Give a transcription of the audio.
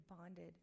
bonded